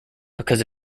because